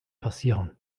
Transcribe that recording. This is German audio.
passieren